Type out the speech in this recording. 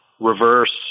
reverse